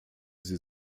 sie